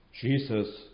Jesus